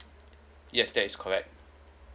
yes that is correct